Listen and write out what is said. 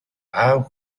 аав